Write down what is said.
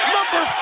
Number